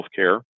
healthcare